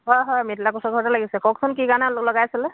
হয় হয় মৃদুলা কোঁচৰ ঘৰতে লাগিছে কওকচোন কি কাৰণে লগাইছিল